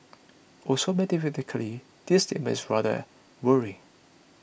also mathematically this statement is rather worrying